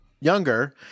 younger